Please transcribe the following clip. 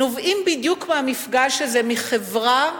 נובעים בדיוק מהמפגש הזה של חברה,